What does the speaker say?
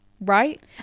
right